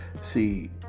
See